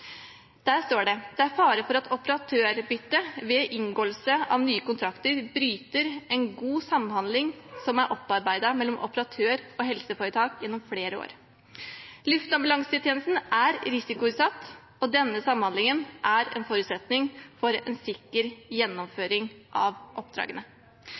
Der står det: «Det er en fare for at operatørbytte ved inngåelse av nye kontrakter bryter en god samhandling som er opparbeidet mellom operatør og helseforetak gjennom flere år. Luftambulansetjenesten er risikoutsatt, og denne samhandlingen er en forutsetning for en sikker gjennomføring av oppdragene.»